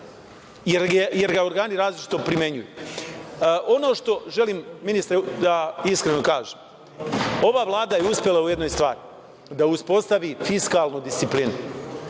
jer ga organi različito primenjuju. Ono što želim, ministre, da iskreno kažem jeste da je ova Vlada uspela u jednoj stvari da uspostavi fiskalnu disciplinu,